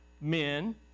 men